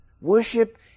Worship